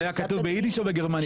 זה היה כתוב ביידיש או בגרמנית?